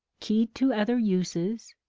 keyed to other uses,